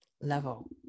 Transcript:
level